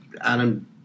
Adam